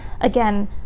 again